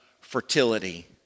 fertility